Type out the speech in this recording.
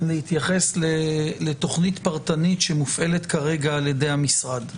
להתייחס לתוכנית פרטנית המופעלת כרגע על ידי המשרד,